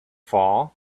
fall